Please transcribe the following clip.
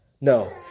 No